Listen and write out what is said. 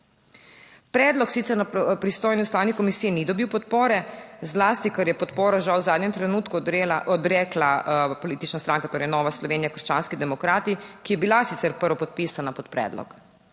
Predlog sicer na pristojni Ustavni komisiji ni dobil podpore, zlasti ker je podporo, žal v zadnjem trenutku odrekla politična stranka, torej Nova Slovenija - krščanski demokrati, ki je bila sicer prvopodpisana pod predlog.